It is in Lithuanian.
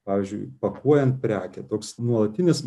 pavyzdžiui pakuojant prekę toks nuolatinis